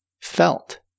felt